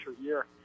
year